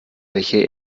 welcher